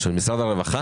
של משרד הרווחה?